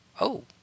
Oh